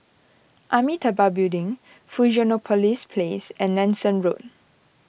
Amitabha Building Fusionopolis Place and Nanson Road